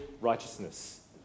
righteousness